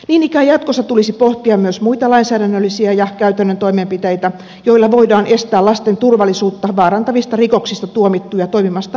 niin ikään jatkossa tulisi pohtia myös muita lainsäädännöllisiä ja käytännön toimenpiteitä joilla voidaan estää lasten turvallisuutta vaarantavista rikoksista tuomittuja toimimasta lasten parissa